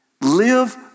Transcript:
Live